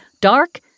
dark